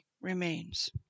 remains